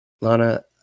Lana